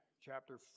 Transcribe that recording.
chapter